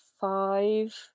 five